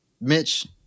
Mitch